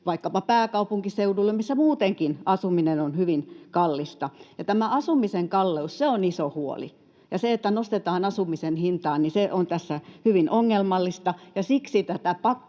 vaikkapa pääkaupunkiseudulle, missä muutenkin asuminen on hyvin kallista. Tämä asumisen kalleus on iso huoli, ja se, että nostetaan asumisen hintaa, on tässä hyvin ongelmallista,